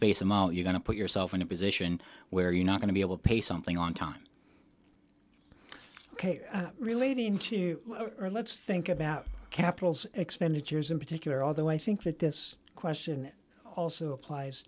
space them out you're going to put yourself in a position where you're not going to be able to pay something on time ok relating to or let's think about capitols expenditures in particular although i think that this question also applies